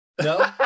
No